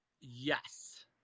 yes